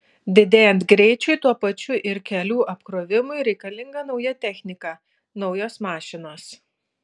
didėjant greičiui tuo pačiu ir kelių apkrovimui reikalinga nauja technika naujos mašinos